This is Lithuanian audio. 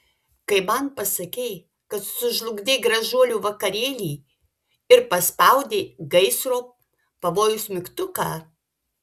kai man pasakei kad sužlugdei gražuolių vakarėlį ir paspaudei gaisro pavojaus mygtuką